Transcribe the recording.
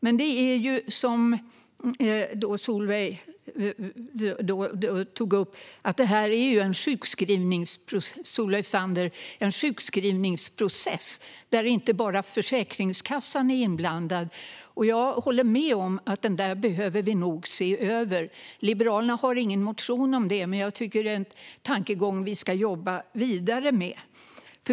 Men som Solveig Zander tog upp är det inte bara Försäkringskassan som är inblandad i en sjukskrivningsprocess. Jag håller med om att vi nog behöver se över den. Liberalerna har ingen motion om det. Men det är en tankegång som vi borde jobba vidare med.